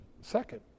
second